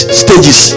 stages